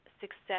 success